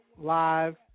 live